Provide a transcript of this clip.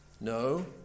No